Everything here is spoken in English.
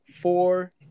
four